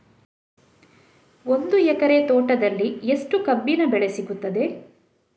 ಒಂದು ಎಕರೆ ತೋಟದಲ್ಲಿ ಎಷ್ಟು ಕಬ್ಬಿನ ಬೆಳೆ ಸಿಗುತ್ತದೆ?